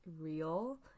real